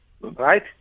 right